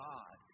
God